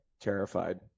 terrified